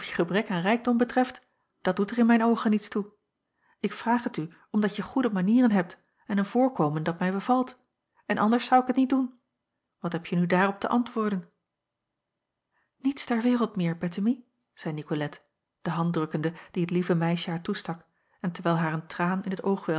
gebrek aan rijkdom betreft dat doet er in mijn oogen niets toe ik vraag het u omdat je goede manieren hebt en een voorkomen dat mij bevalt en anders zou ik het niet doen wat hebje nu daarop te antwoorden niets ter wereld meer bettemie zeî nicolette de hand drukkende die het lieve meisje haar toestak en terwijl haar een traan in t oog